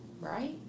Right